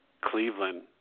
Cleveland